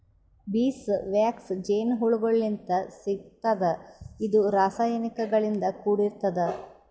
bees wax ಜೇನಹುಳಗೋಳಿಂತ್ ಸಿಗ್ತದ್ ಇದು ರಾಸಾಯನಿಕ್ ಗಳಿಂದ್ ಕೂಡಿರ್ತದ